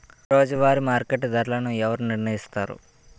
రోజువారి మార్కెట్ ధరలను ఎవరు నిర్ణయిస్తారు?